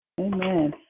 Amen